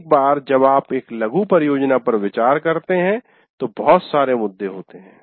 एक बार जब आप एक लघु परियोजना पर विचार करते हैं तो बहुत सारे मुद्दे होते हैं